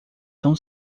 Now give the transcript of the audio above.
tão